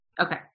okay